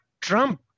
Trump